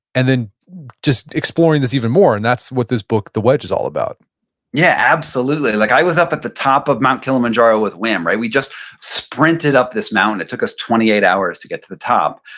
and then just exploring this even more, and that's what this book the wedge is all about yeah, absolutely. like i was up at the top of mount kilimanjaro with wim. we we just sprinted up this mountain and it took us twenty eight hours to get to the top.